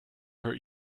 her